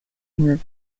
river